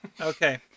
okay